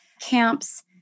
Camps